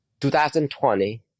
2020